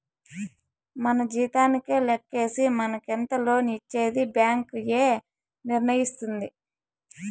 మన జీతానికే లెక్కేసి మనకెంత లోన్ ఇచ్చేది బ్యాంక్ ఏ నిర్ణయిస్తుంది